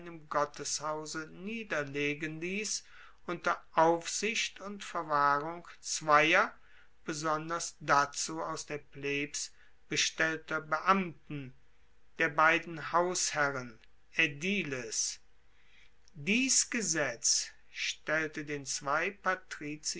einem gotteshause niederlegen liess unter aufsicht und verwahrung zweier besonders dazu aus der plebs bestellter beamten der beiden hausherren aediles dies gesetz stellte den zwei